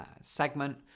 segment